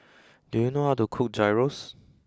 do you know how to cook Gyros